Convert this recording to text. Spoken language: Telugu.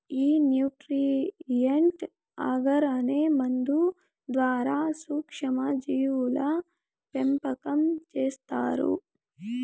ఈ న్యూట్రీయంట్ అగర్ అనే మందు ద్వారా సూక్ష్మ జీవుల పెంపకం చేస్తారు